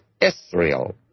Israel